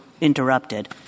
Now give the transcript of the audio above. interrupted —